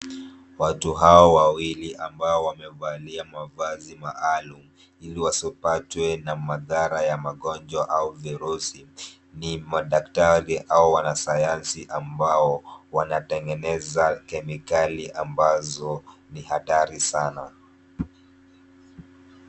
Watu hawa wawili ambao wamevalia mavazi maalum ili wasipatwe na madhara ya magonjwa au virusi ni madaktari au wanasayansi ambao wanatengeneza kemikali ambazo ni hatari sana.